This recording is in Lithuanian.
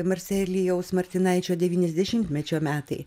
marcelijaus martinaičio devyniasdešimtmečio metai